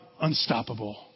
unstoppable